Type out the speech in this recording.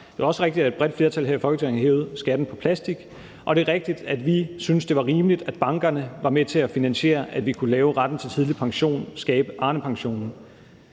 Det er også rigtigt, at et bredt flertal her i Folketinget har hævet skatten på plastik, og det er rigtigt, at vi synes, at det var rimeligt, at bankerne var med til at finansiere, at vi kunne indføre retten til tidlig pension, altså skabe Arnepensionen.